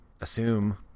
assume